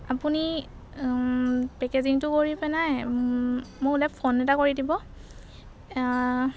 আপুনি পেকেজিংটো কৰি পেনে মোলৈ ফোন এটা কৰি দিব